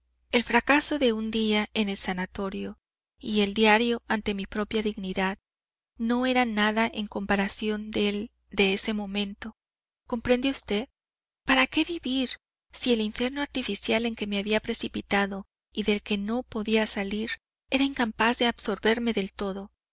el fracaso de un día en el sanatorio y el diario ante mi propia dignidad no eran nada en comparación del de ese momento comprende usted para qué vivir si el infierno artificial en que me había precipitado y del que no podía salir era incapaz de absorberme del todo